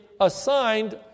assigned